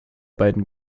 beiden